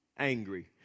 angry